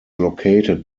located